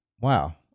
wow